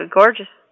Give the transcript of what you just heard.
gorgeous